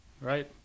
right